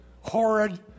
horrid